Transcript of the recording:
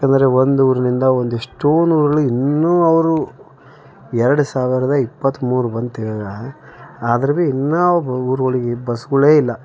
ಅಂದರೆ ಒಂದು ಊರಿನಿಂದ ಒಂದೆಷ್ಟೋ ಇನ್ನೂ ಅವರು ಎರಡು ಸಾವಿರದ ಇಪ್ಪತ್ತ್ಮೂರು ಬಂತು ಇವಾಗ ಆದ್ರೂ ಬಿ ಇನ್ನೂ ಊರೊಳಗೆ ಬಸ್ಗಳೆ ಇಲ್ಲ